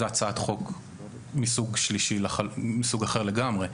זה הצעת חוק מסוג אחר לגמרי.